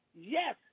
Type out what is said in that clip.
yes